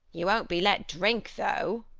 you won't be let drink, though.